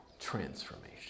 transformation